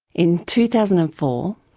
in two thousand and four,